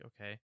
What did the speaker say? okay